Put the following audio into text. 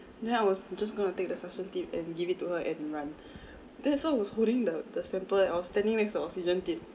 then I was just going to take the suction tip and give it to her and run that's why I was holding the the sample and I was standing with the oxygen tank